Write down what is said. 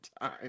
time